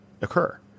occur